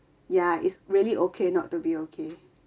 ya is really okay not to be okay